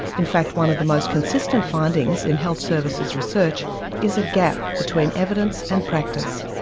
in fact one of the most consistent findings in health services research is a gap between evidence and practice.